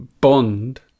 bond